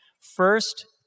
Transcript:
First